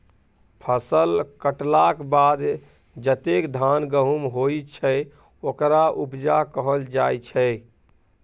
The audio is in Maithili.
फसल कटलाक बाद जतेक धान गहुम होइ छै ओकरा उपजा कहल जाइ छै